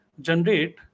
generate